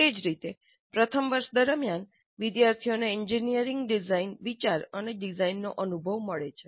તે જ રીતે પ્રથમ વર્ષ દરમિયાન વિદ્યાર્થીઓને એન્જિનિયરિંગ ડિઝાઇન વિચાર અને ડિઝાઇનનો અનુભવ મળે છે